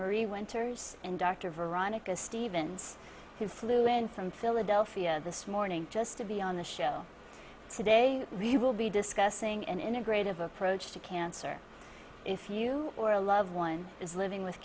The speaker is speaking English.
murray winters and dr veronica stevens who flew in from philadelphia this morning just to be on the show today we will be discussing an integrative approach to cancer if you or a loved one is living with